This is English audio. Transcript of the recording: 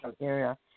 area